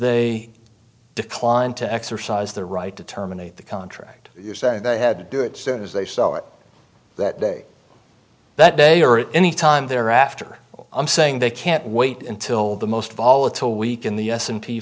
they declined to exercise their right to terminate the contract saying they had to do it soon as they saw it that day that day or any time thereafter i'm saying they can't wait until the most volatile week in the s and p